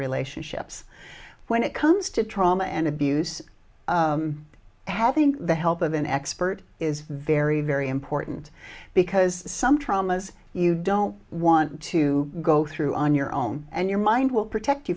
relationships when it comes to trauma and abuse having the help of an expert is very very important because some traumas you don't want to go through on your own and your mind will protect you